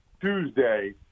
Tuesday